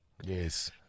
Yes